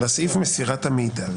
סעיף מסירת המידע,